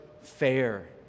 fair